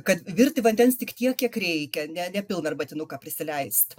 kad virti vandens tik tiek kiek reikia ne ne pilną arbatinuką prisileist